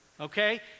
Okay